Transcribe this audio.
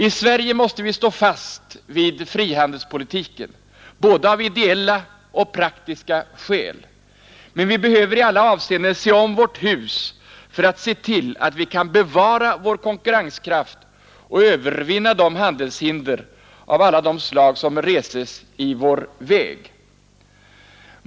I Sverige måste vi stå fast vid frihandelspolitiken — både av ideella och av praktiska skäl. Men vi behöver i alla avseenden se om vårt hus för att se till att vi kan bevara vår konkurrenskraft och övervinna de handelshinder av alla de slag som reses i vår väg.